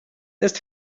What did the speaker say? ist